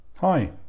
Hi